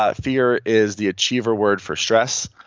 ah fear is the achiever word for stress.